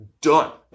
Done